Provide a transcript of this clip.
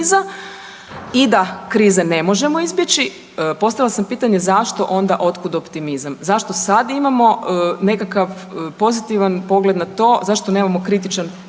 i da krize ne možemo izbjeći. Postavila sam pitanje zašto onda od kud optimizam, zašto sad imamo nekakav pozitivan nekakav pogled na to, zašto nemamo kritičan pogled